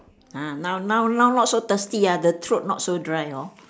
ah now now now not so thirsty ah the throat not so dry hor